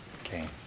Okay